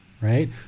right